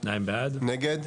הצבעה בעד, 2 נגד,